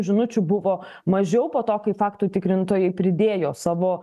žinučių buvo mažiau po to kai faktų tikrintojai pridėjo savo